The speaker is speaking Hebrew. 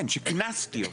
כן, שכינסתי אותה.